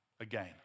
again